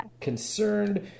concerned